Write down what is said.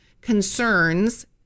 concerns